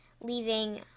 Leaving